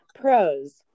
pros